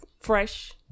fresh